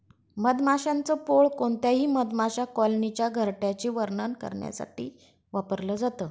मधमाशांच पोळ कोणत्याही मधमाशा कॉलनीच्या घरट्याचे वर्णन करण्यासाठी वापरल जात